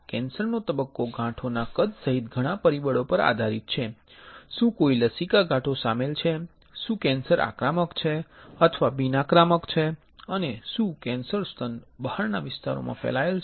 કેન્સરનો તબક્કો ગાંઠોના કદ સહિત ઘણા પરિબળો પર આધારિત છે શુ કોઈ લસિકા ગાંઠો શામેલ છે શુ કેન્સર આક્રમક છે અથવા બિન આક્રમક છે અને શુ કેન્સર સ્તન બહારના વિસ્તારોમાં ફેલાયેલ છે